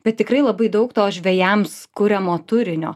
bet tikrai labai daug to žvejams kuriamo turinio